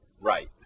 Right